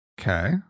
Okay